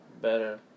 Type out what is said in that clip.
better